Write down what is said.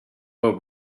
were